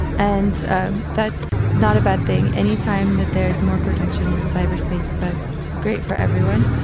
and and that's not a bad thing. any time that there is more protection in cyberspace, that's great for everyone.